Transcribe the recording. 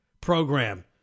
program